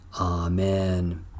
Amen